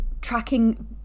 tracking